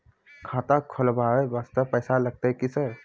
खाता खोलबाय वास्ते पैसो लगते की सर?